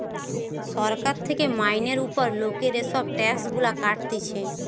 সরকার থেকে মাইনের উপর লোকের এসব ট্যাক্স গুলা কাটতিছে